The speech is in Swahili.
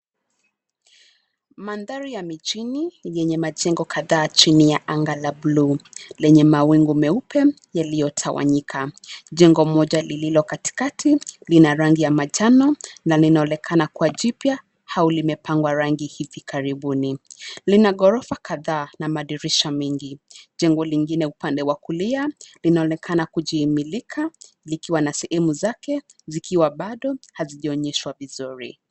Mandhari ya mijini, yenye majengo kadhaa chini ya anga ya buluu lenye mawingu meupe yaliyo tawanyika. Jengo moja lililo katikati lina rangi ya manjano na linaonekana kuwa jipya au limepakwa rangi hivi karibuni. Lina ghorofa kadhaa na madirisha mengi. Jengo lingine upande wa kulia linaonekana kujimilika likiwa na sehemu zake zikiwa bado hazijaonyeshwa vizuri.